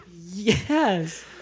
Yes